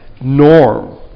norm